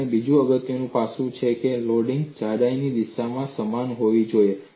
અને બીજું અગત્યનું પાસું એ છે કે લોડિંગ જાડાઈની દિશામાં સમાન હોવી જોઈએ